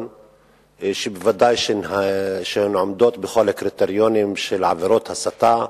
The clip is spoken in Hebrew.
שוודאי שהן עומדות בכל הקריטריונים של עבירות הסתה: